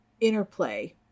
interplay